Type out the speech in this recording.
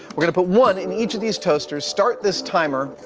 we're gonna put one in each of these toasters, start this timer,